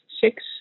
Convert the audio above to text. six